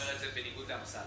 אתה אומר את זה בניגוד לאמסלם.